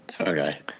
Okay